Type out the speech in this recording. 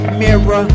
mirror